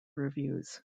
reviews